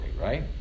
right